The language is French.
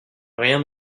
rien